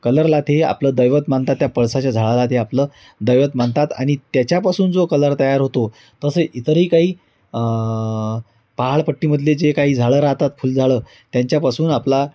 कलरला ते आपलं दैवत मानतात त्या पळसाच्या झाडाला ते आपलं दैवत मानतात आणि त्याच्यापासून जो कलर तयार होतो तसे इतरही काही पहाडपट्टीमधले जे काही झाडं राहतात फुलझाडं त्यांच्यापासून आपला